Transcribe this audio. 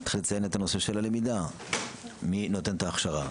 צריך לציין את הנושא של הלמידה מי נותן את ההכשרה.